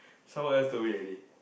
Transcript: so what else don't wait already